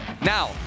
Now